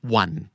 one